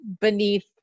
beneath